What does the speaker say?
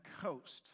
coast